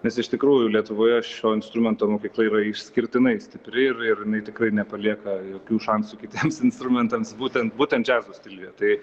nes iš tikrųjų lietuvoje šio instrumento mokykla yra išskirtinai stipri ir ir jinai tikrai nepalieka jokių šansų kitiems instrumentams būtent būtent džiazo stiliuje tai